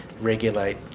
regulate